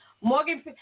Morgan